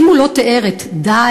האם הוא לא תיאר את "דאעש",